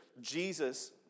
Jesus